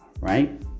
Right